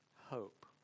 hope